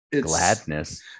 Gladness